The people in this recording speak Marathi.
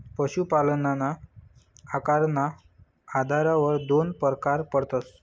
पशुपालनना आकारना आधारवर दोन परकार पडतस